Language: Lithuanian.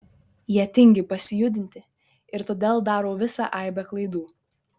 jie tingi pasijudinti ir todėl daro visą aibę klaidų